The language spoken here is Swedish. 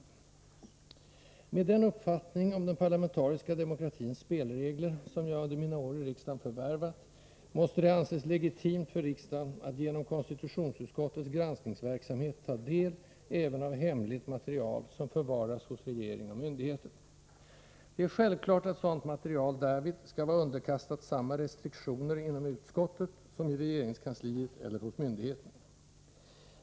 Enligt den uppfattning om den parlamentariska demokratins spelregler som jag under mina år i riksdagen förvärvat måste det anses legitimt för riksdagen att genom konstitutionsutskottets granskningsverksamhet ta del även av hemligt material, som förvaras hos regering och myndigheter. Det är självklart att sådant material därvid skall vara underkastat samma restriktioner inom utskottet som i regeringskansliet eller hos myndigheten.